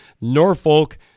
Norfolk